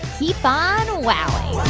keep on wowing